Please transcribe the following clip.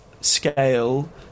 scale